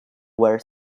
were